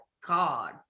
god